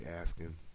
asking